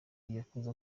yakuze